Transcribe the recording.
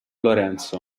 lorenzo